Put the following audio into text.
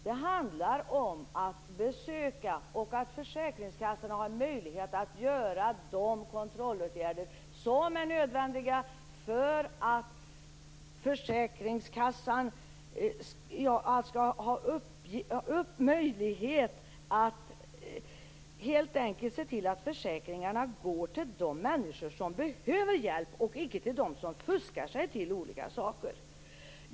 Det handlar om att besöka och om att försäkringskassan skall ha en möjlighet att vidta de kontrollåtgärder som är nödvändiga för att helt enkelt se till att försäkringarna går till de människor som behöver hjälp och icke till dem som fuskar sig till olika saker.